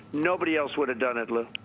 nobody else would have done it, lou.